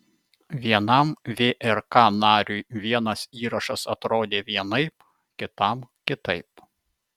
vienam vrk nariui vienas įrašas atrodė vienaip kitam kitaip